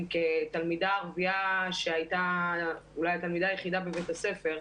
כתלמידה ערבייה שהייתה אולי התלמידה היחידה בבית הספר,